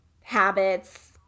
habits